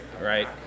Right